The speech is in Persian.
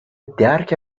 درک